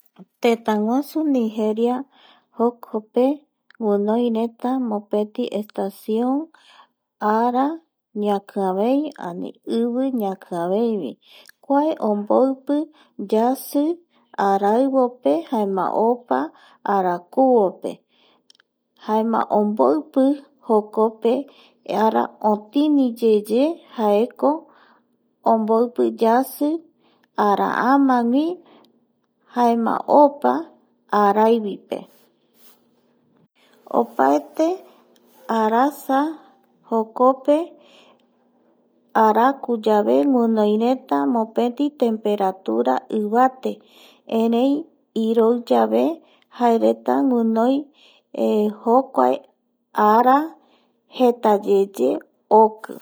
Tëtäguasu Nigeria jokope guinoireta mpopeti estación ara ñakiavei ani ivi ñakiaveivi kua omboipi yasi araivope jaema opa arakuvope jaema omboipi jokope ara otiniyeye jaeko omboipi yasi araamagui jaema opa araivipe oapete arasa jokope arakuyave guinoireta mopeti temperatura ivate erei iroiyave jaereta guinoi jokuae ara jetayeye oki